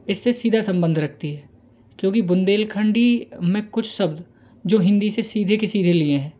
इससे सीधा सम्बन्ध रखती है क्योंकि बुन्देलखंडी में कुछ सब्द जो हिंदी से सधे किसी रे लिए हैं